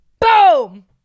Boom